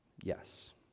Yes